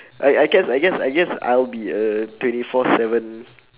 I I guess I guess I guess I'll be a twenty four seven